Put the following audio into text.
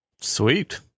Sweet